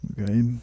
Okay